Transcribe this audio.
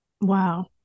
Wow